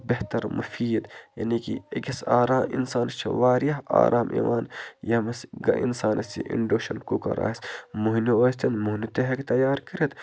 بہتَر مُفیٖد یعنی کہِ أکِس آرا اِنسانَس چھِ واریاہ آرام یِوان ییٚمِس اِنسانَس یہِ اِنٛڈَکشَن کُکَر آسہِ مہنیو ٲسِتَن مہنیو تہِ ہیٚکہِ تیار کٔرِتھ